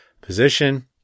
position